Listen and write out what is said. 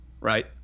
right